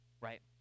right